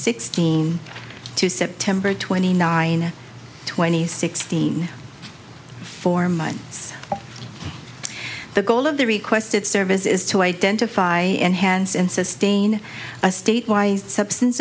sixteen to september twenty nine twenty sixteen four months the goal of the requested service is to identify and hands and sustain a statewide substance